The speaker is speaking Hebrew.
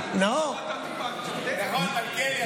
נאור, נכון, מלכיאלי?